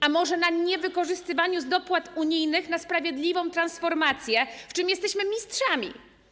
A może na niewykorzystywaniu dopłat unijnych na sprawiedliwą transformację, w czym jesteśmy mistrzami?